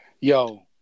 Yo